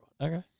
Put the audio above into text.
Okay